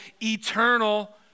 eternal